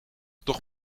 toch